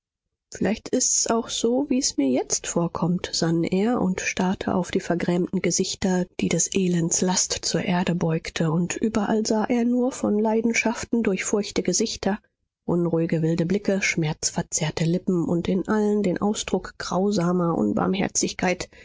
vielleicht ist's auch so wie es mir jetzt vorkommt sann er und starrte auf die vergrämten gesichter die des elends last zur erde beugte und überall sah er nur von leidenschaften durchfurchte gesichter unruhige wilde blicke schmerzverzerrte lippen und in allen den ausdruck grausamer unbarmherzigkeit